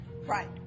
Right